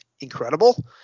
incredible